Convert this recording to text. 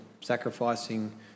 sacrificing